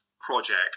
project